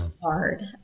hard